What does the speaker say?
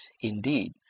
indeed